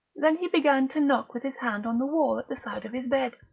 then he began to knock with his hand on the wall at the side of his bed.